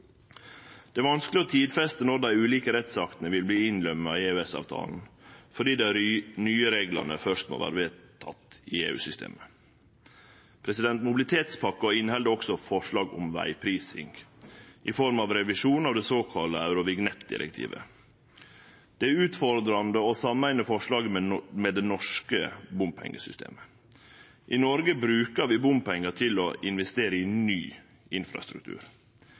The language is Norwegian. Det er vanskeleg å tidfeste når dei ulike rettsaktene vil verte innlemma i EØS-avtala, fordi dei nye reglane først må verte vedtekne i EU-systemet. Mobilitetspakka inneheld også forslag om vegprising, i form av revisjon av det sokalla Eurovignettdirektivet. Det er utfordrande å sameine forslaget med det norske bompengesystemet. I Noreg brukar vi bompengar til å investere i ny infrastruktur.